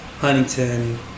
Huntington